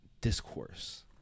discourse